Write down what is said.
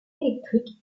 électrique